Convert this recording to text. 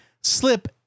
slip